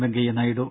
Venkaiah Naidu